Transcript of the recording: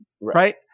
right